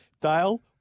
Dale